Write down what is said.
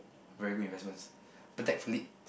very good investments Patek-Philippe